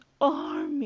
army